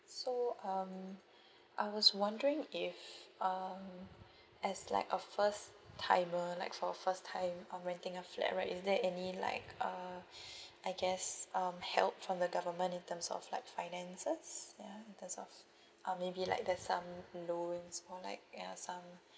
so um I was wondering if um as like a first timer like for first time I'm renting a flat right is there any like uh I guess um help from the government in terms of like finances ya that's off um maybe like there's some loans or like ya some